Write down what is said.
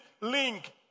link